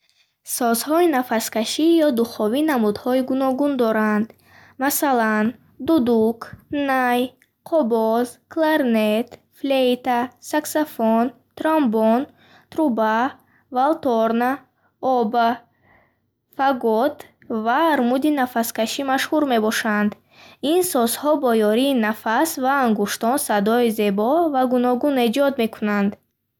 Созҳои нафаскашӣ ё духовӣ намудҳои гуногун доранд. Масалан, дудук, най, қобоз, кларнет, флейта, саксофон, тромбон, труба, валторна, обо, фагот ва армуди нафаскашӣ машҳур мебошанд. Ин созҳо бо ёрии нафас ва ангуштон садои зебо ва гуногун эҷод мекунанд. Созҳои нафаскашӣ дар оркестрҳо ва мусиқии анъанавӣ нақши муҳим доранд.